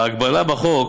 ההגבלה בחוק